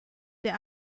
der